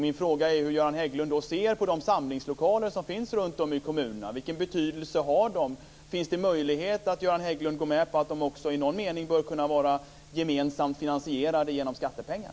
Min fråga är hur Göran Hägglund ser på de samlingslokaler som finns runtom i kommunerna. Vilken betydelse har de? Finns det möjlighet för Göran Hägglund att gå med på att de också i någon mening bör kunna vara gemensamt finansierade genom skattepengar?